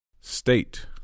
State